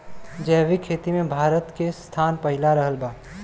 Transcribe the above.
जैविक खेती मे भारत के स्थान पहिला रहल बा